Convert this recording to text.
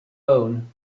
own